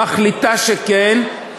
מחליטה שכן,